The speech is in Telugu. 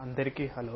అందరికీ హలో